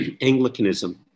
Anglicanism